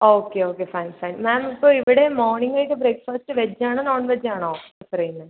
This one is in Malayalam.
okay okay fine fine ma'am ഇപ്പം ഇവിടെ മോർണിംഗ് ആയിട്ട് ബ്രേക്ക്ഫാസ്റ്റ് വെജ് ആണോ നോൺവെജ് ആണോ പ്രിഫർ ചെയ്യുന്നത്